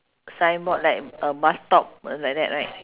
signboard like a bus stop like that right